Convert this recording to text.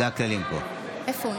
נוכחת